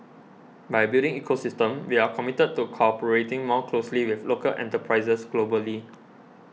by building ecosystem we are committed to cooperating more closely with local enterprises globally